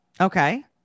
Okay